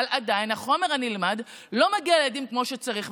אבל עדיין החומר הנלמד לא מגיע אל הילדים כמו שצריך.